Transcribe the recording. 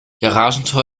garagentor